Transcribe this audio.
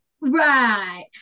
Right